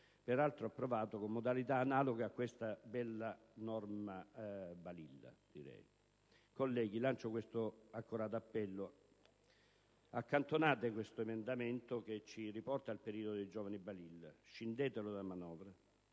peraltro approvato con modalità analoghe a questa bella norma Balilla. Colleghi, lancio questo accorato appello: accantonate questo emendamento che ci riporta al periodo dei giovani Balilla, scindetelo dalla manovra.